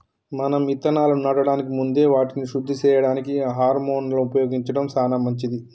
మనం ఇత్తనాలను నాటడానికి ముందే వాటిని శుద్ది సేయడానికి హారొలను ఉపయోగించడం సాన మంచిది